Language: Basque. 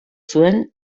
zuen